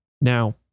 Now